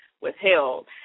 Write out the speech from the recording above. withheld